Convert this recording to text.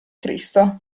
cristo